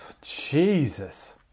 Jesus